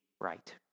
right